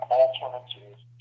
alternatives